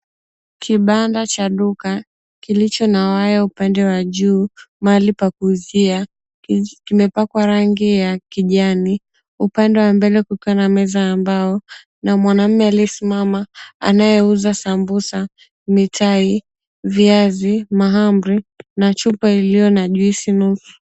Kibanda cha duka kilicho na waya upande wa juu, mahali pa kuuzia, kimepakwa rangi ya kijani. Upande wa mbele kukiwa na meza ya mbao na mwanamume aliyesimama, anayeuza sambusa, mitai, viazi, mahamri. Na chupa iliyo na juisi nusu.